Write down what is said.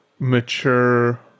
Mature